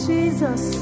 Jesus